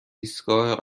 ایستگاه